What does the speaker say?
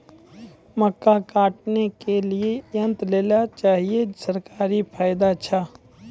मक्का काटने के लिए यंत्र लेल चाहिए सरकारी फायदा छ?